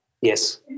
Yes